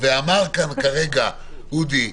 אמר כאן כרגע אודי,